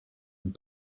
and